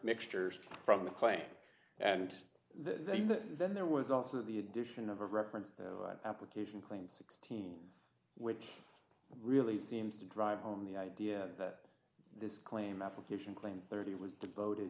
mixtures from the claim and then that then there was also the addition of a reference to application claim sixteen which really seems to drive home the idea that this claim application claim thirty was devoted